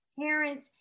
parents